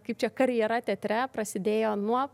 kaip čia karjera teatre prasidėjo nuo